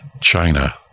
China